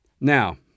Now